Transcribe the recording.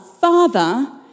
father